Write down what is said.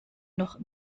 noch